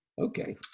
Okay